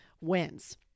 wins